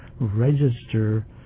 register